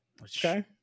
Okay